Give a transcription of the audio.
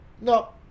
No